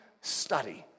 study